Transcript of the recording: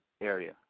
area